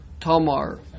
tamar